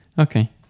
Okay